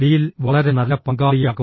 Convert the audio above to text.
ഡിയിൽ വളരെ നല്ല പങ്കാളിയാകും